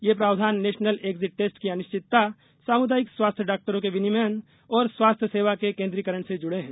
ये प्रावधान national exit test की अनिश्चितता सामुदायिक स्वास्थ्य डॉक्टरों के विनियमन और स्वास्थ्य सेवा के केंद्रीकरण से जुड़े हैं